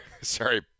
Sorry